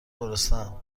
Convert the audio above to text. گرسنهام